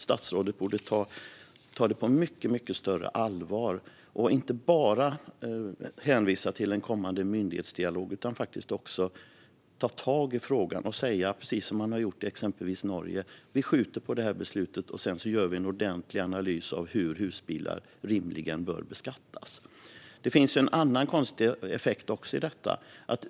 Statsrådet borde ta det på mycket större allvar och inte bara hänvisa till en kommande myndighetsdialog utan ta tag i frågan och säga, precis som man har gjort i exempelvis Norge: Vi skjuter på beslutet och gör en ordentlig analys av hur husbilar rimligen bör beskattas. Det finns en annan konstig effekt av detta.